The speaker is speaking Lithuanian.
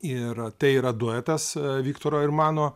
ir tai yra duetas viktoro ir mano